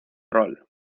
rol